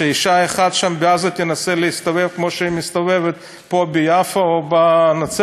שאישה אחת שם בעזה תנסה להסתובב כמו שהיא מסתובבת פה ביפו או בנצרת,